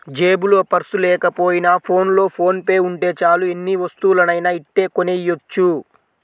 జేబులో పర్సు లేకపోయినా ఫోన్లో ఫోన్ పే ఉంటే చాలు ఎన్ని వస్తువులనైనా ఇట్టే కొనెయ్యొచ్చు